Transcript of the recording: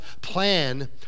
plan